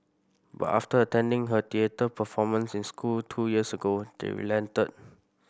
but after attending her theatre performance in school two years ago they relented